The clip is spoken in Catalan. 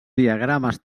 diagrames